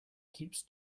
keeps